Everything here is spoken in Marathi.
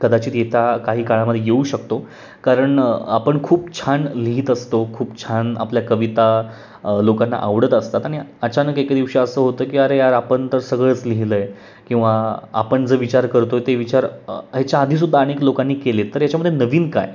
कदाचित येत्या काही काळामध्ये येऊ शकतो कारण आपण खूप छान लिहित असतो खूप छान आपल्या कविता लोकांना आवडत असतात आणि अचानक एके दिवशी असं होतं की अरे यार आपण तर सगळंच लिहिलं आहे किंवा आपण जे विचार करतो आहे ते विचार याच्या आधी सुद्धा अनेक लोकांनी केलेत तर याच्यामध्ये नवीन काय